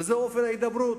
וזה אופן ההידברות,